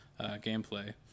gameplay